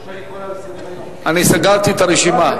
אני סגרתי את הרשימה.